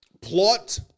plot